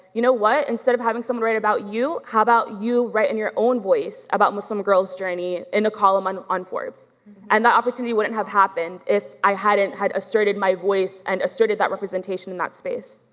you know what, instead of having someone write about you, how about you write in your own voice about muslim girls' journey in a column on on forbes and the opportunity wouldn't have happened if i hadn't had asserted my voice and asserted that representation in that space.